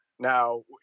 Now